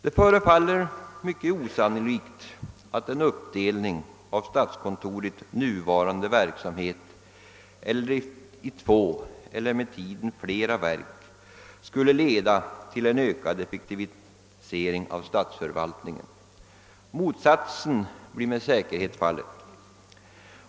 Det förefaller mycket osannolikt att en uppdelning av statskontorets nuvarande verksamhet på två eller med tiden flera verk skulle leda till en ökad effektivisering av = statsförvaltningen. Motsatsen blir med säkerhet fallet.